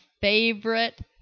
favorite